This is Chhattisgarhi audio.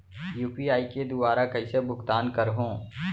यू.पी.आई के दुवारा कइसे भुगतान करहों?